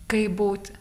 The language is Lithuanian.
kaip būti